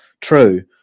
True